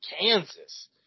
Kansas